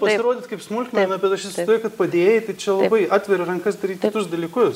pasirodyt kaip smulkmena bet aš įsivaizduoju kad padėjėjai tai čia labai atveria rankas daryt kitus dalykus